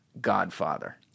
godfather